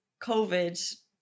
COVID